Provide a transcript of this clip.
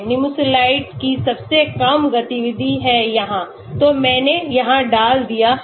Nimesulide की सबसे कम गतिविधि है यहां तो मैंने यहां डाल दिया है